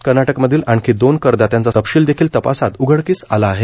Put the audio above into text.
कर्नाटकमधील आणखी दोन करदात्यांचा तपशील देखील तपासात उघडकीस आला आहे